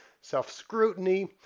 self-scrutiny